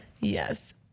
Yes